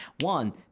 one